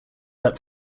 that